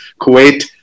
Kuwait